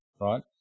right